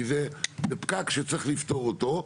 כי זה פקק שצריך לפתור אותו.